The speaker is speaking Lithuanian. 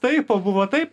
taip o buvo taip